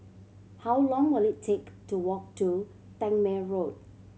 how long will it take to walk to Tangmere Road